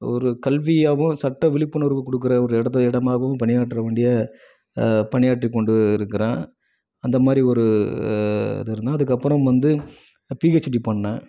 ஒரு கல்வியாகவும் சட்ட விழிப்புணர்வு கொடுக்குற ஒரு இடத்தை இடமாவும் பணியாற்ற வேண்டிய பணியாற்றி கொண்டு இருக்கிறேன் அந்த மாதிரி ஒரு அது இருந்தால் அதுக்கப்புறம் வந்து பிஹெச்டி பண்ணேன்